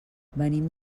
venim